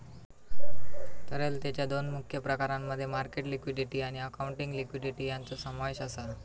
तरलतेच्या दोन मुख्य प्रकारांमध्ये मार्केट लिक्विडिटी आणि अकाउंटिंग लिक्विडिटी यांचो समावेश आसा